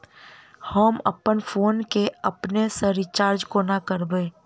हम अप्पन फोन केँ अपने सँ रिचार्ज कोना करबै?